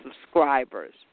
subscribers